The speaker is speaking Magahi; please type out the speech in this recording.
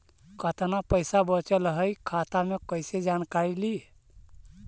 कतना पैसा बचल है खाता मे कैसे जानकारी ली?